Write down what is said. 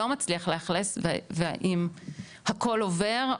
לא מצליח לאכלס ואם הכול עובר,